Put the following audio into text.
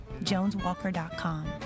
JonesWalker.com